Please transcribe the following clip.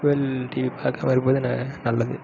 mobile TV பார்க்காம இருப்பது ந நல்லது